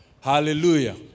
Hallelujah